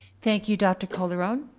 thank you, dr. colderon.